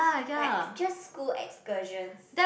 like it's just school excursions